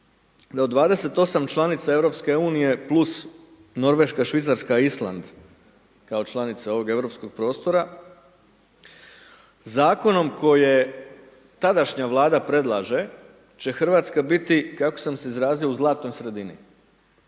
da od 28 članica Europske unije + Norveška, Švicarska, Island, kao članice ovoga europskom prostora, Zakonom koje tadašnja Vlada predlaže, će Hrvatska biti, kako sam se izrazio u zlatnoj sredini.